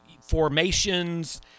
formations